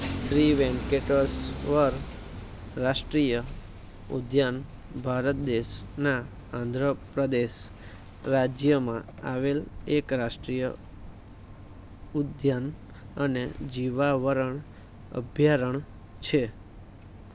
શ્રી વેંકટેશ્વર રાષ્ટ્રીય ઉદ્યાન ભારત દેશના આંધ્રપ્રદેશ રાજ્યમાં આવેલ એક રાષ્ટ્રીય ઉદ્યાન અને જીવાવરણ અભયારણ્ય છે